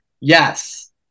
yes